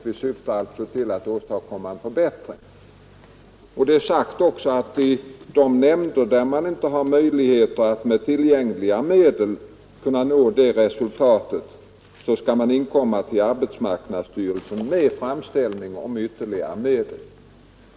Det syftar alltså till att åstadkomma en förbättring. Det har också sagts att de nämnder, där man inte har möjlighet att med tillgängliga medel nå det resultatet, skall inkomma till arbetsmarknadsstyrelsen med framställning om ytterligare medel.